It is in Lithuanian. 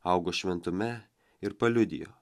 augo šventume ir paliudijo